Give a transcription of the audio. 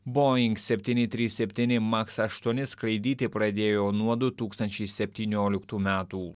boing septyni trys septyni maks aštuoni skraidyti pradėjo nuo du tūkstančiai septynioliktų metų